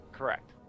Correct